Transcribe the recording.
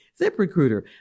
ZipRecruiter